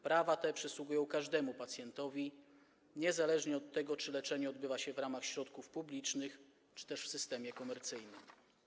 Prawa te przysługują każdemu pacjentowi, niezależnie od tego, czy leczenie odbywa się w ramach środków publicznych, czy też w systemie komercyjnym.